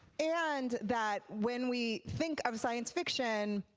and that when we think of science fiction,